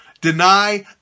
deny